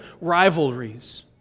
rivalries